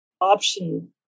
option